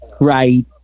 Right